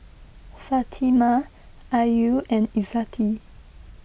Fatimah Ayu and Izzati